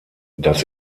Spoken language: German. das